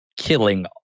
killing